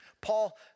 Paul